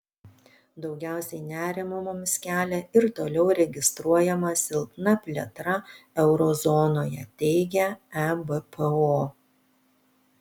daugiausiai nerimo mums kelia ir toliau registruojama silpna plėtra euro zonoje teigia ebpo